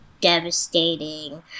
devastating